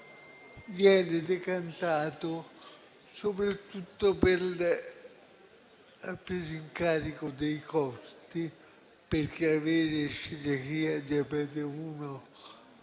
viene decantato soprattutto per la presa in carico dei costi - perché avere celiachia e